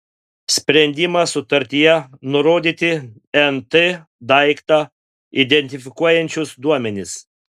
sprendimas sutartyje nurodyti nt daiktą identifikuojančius duomenis